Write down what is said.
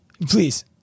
Please